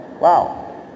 Wow